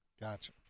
Gotcha